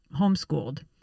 homeschooled